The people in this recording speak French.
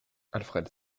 alfred